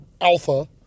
alpha